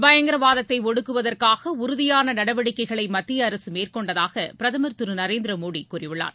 பயங்கரவாதத்தை ஒடுக்குவதற்காக உறுதியான நடவடிக்கைகளை மத்திய அரசு மேற்கொண்டதாக பிரதமர் திரு நரேந்திர மோடி கூறியுள்ளார்